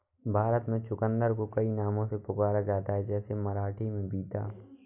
भारत में चुकंदर को कई नामों से पुकारा जाता है जैसे मराठी में बीता